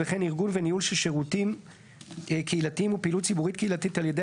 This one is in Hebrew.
וכן ארגון וניהול של שירותים קהילתיים ופעילות ציבורית קהילתית על ידי